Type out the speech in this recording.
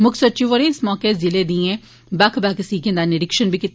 मुक्ख सचिव होरें इस मौके जेल दिएं बक्ख बक्ख सीगें दा निरीक्षण बी कीता